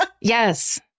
yes